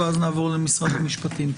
ואז נעבור למשרד המשפטים.